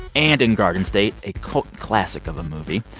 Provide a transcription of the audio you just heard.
and in garden state, a cult classic of a movie.